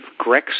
Grexit